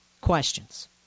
Questions